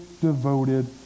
devoted